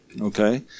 Okay